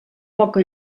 poca